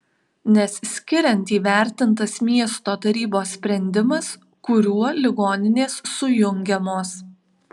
nes skiriant įvertintas miesto tarybos sprendimas kuriuo ligoninės sujungiamos